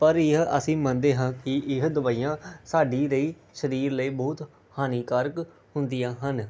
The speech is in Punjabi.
ਪਰ ਇਹ ਅਸੀਂ ਮੰਨਦੇ ਹਾਂ ਕਿ ਇਹ ਦਵਾਈਆਂ ਸਾਡੀ ਲਈ ਸਰੀਰ ਲਈ ਬਹੁਤ ਹਾਨੀਕਾਰਕ ਹੁੰਦੀਆਂ ਹਨ